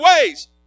ways